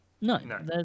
No